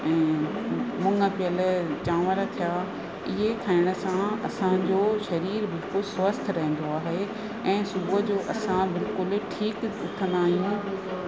ऐं मुङ पियल चांवर थिया इहे खाइण सां असांजो शरीर बिल्कुल स्वस्थ रहंदो आहे ऐं सुबुह जो असां बिल्कुलु ठीकु कंदा आहियूं